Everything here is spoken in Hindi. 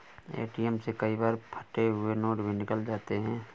ए.टी.एम से कई बार फटे हुए नोट भी निकल जाते हैं